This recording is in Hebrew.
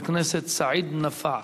חבר הכנסת סעיד נפאע.